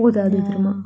yeah